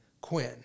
Quinn